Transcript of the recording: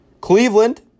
Cleveland